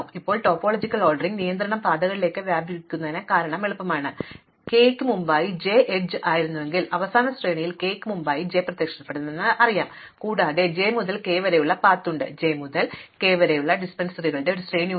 ഇപ്പോൾ topological ordering നിയന്ത്രണം പാതകളിലേക്ക് വ്യാപിക്കുന്നത് കാണാൻ എളുപ്പമാണ് അതായത് എനിക്ക് k ന് മുമ്പായി j എഡ്ജ് ആയിരുന്നെങ്കിൽ അവസാന ശ്രേണിയിൽ k ന് മുമ്പായി j പ്രത്യക്ഷപ്പെടണമെന്ന് എനിക്കറിയാം കൂടാതെ j മുതൽ k വരെയുള്ള പാതയുണ്ട് j മുതൽ k വരെയുള്ള ഡിപൻഡൻസികളുടെ ഒരു ശ്രേണി ഉണ്ട്